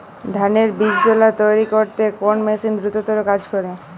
ধানের বীজতলা তৈরি করতে কোন মেশিন দ্রুততর কাজ করে?